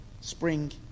spring